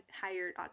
hired